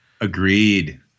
Agreed